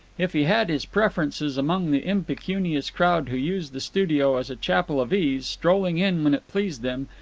if he had his preferences among the impecunious crowd who used the studio as a chapel of ease, strolling in when it pleased them,